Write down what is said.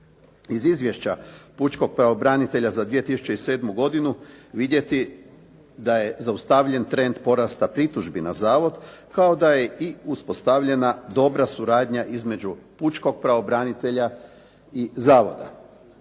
iz Izvješća pučkog pravobranitelja za 2007. godinu vidjeti da je zaustavljen trend porasta pritužbi na zavod kao da je i uspostavljena dobra suradnja između pučkog pravobranitelja i zavoda.